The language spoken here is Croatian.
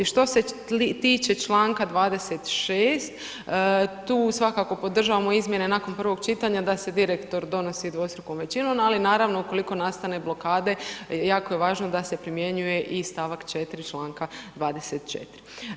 Što se tiče čl. 26, tu svakako podržavamo izmjene nakon prvog čitanja da se direktor donosi dvostrukom većinom, ali naravno, ukoliko nastane blokade, jako je važno da se primjenjuje i st. 4. čl. 24.